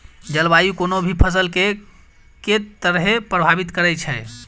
जलवायु कोनो भी फसल केँ के तरहे प्रभावित करै छै?